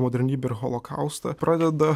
modernybę ir holokaustą pradeda